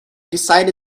decided